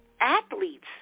athletes